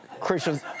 Christians